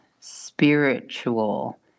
spiritual